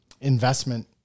investment